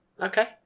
Okay